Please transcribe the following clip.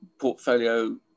portfolio